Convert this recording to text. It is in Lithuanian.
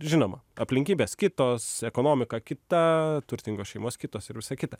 žinoma aplinkybės kitos ekonomika kita turtingos šeimos kitos ir visa kita